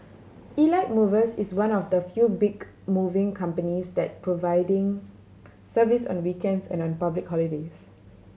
Elite Movers is one of the few big moving companies that providing service on weekends and on public holidays